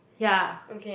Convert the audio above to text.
ya